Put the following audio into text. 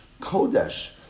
Kodesh